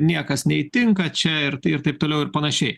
niekas neįtinka čia ir tai ir taip toliau ir panašiai